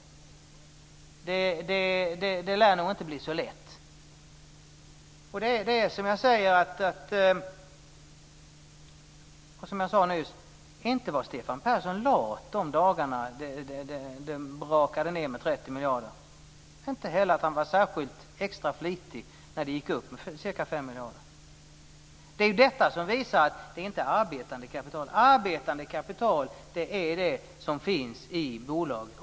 Det lär nog inte bli så lätt. Som jag sade nyss: Inte var Stefan Persson lat de dagar då det brakade ned med 30 miljarder och inte heller extra flitig när det gick upp med ca 5 miljarder. Det är ju detta som visar att det arbetande kapitalet är det som finns i bolaget.